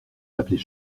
l’appeler